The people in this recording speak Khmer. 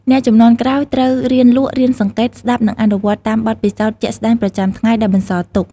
អ្នកជំនាន់ក្រោយត្រូវរៀនលក់ រៀនសង្កេត ស្តាប់ និងអនុវត្តតាមបទពិសោធន៍ជាក់ស្ដែងប្រចាំថ្ងៃដែលបន្សល់ទុក។